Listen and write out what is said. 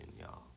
y'all